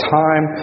time